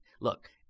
Look